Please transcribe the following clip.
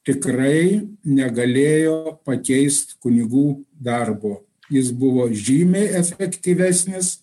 tikrai negalėjo pakeist kunigų darbo jis buvo žymiai efektyvesnis